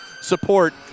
support